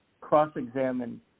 cross-examine